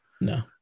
No